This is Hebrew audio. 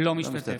לא משתתף.